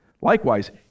Likewise